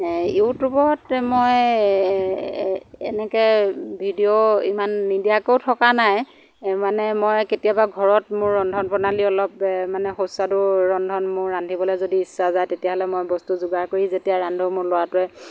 ইউটিউবত মই এনেকৈ ভিডিঅ' ইমান নিদিয়াকৈও থকা নাই মানে মই কেতিয়াবা ঘৰত মোৰ ৰন্ধন প্ৰণালী অলপ মানে সুস্বাদু ৰন্ধন মোৰ ৰান্ধিবলৈ যদি ইচ্ছা যায় তেতিয়াহ'লে মই বস্তু যোগাৰ কৰি যেতিয়া ৰান্ধোঁ মোৰ ল'ৰাটোৱে